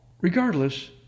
Regardless